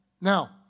Now